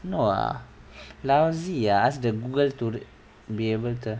no ah lousy ah the google to be able to